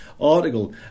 article